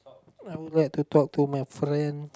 I would like to talk to my friend